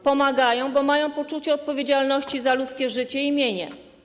Pomagają, bo mają poczucie odpowiedzialności za ludzkie życie i mienie.